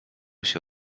się